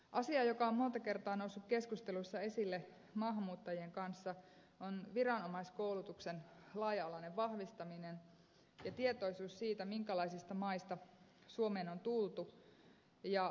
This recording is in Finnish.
asia joka on monta kertaa noussut keskusteluissa esille maahanmuuttajien kanssa on viranomaiskoulutuksen laaja alainen vahvistaminen ja tietoisuus siitä minkälaisista maista suomeen on tultu